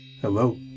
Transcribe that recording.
Hello